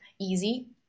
easy